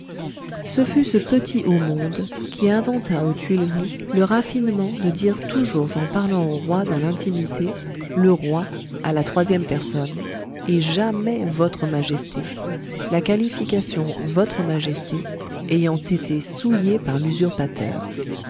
ce fut ce petit haut monde qui inventa aux tuileries le raffinement de dire toujours en parlant au roi dans l'intimité le roi à la troisième personne et jamais votre majesté la qualification votre majesté ayant été souillée par l'usurpateur